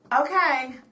Okay